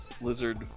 Lizard